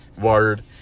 Word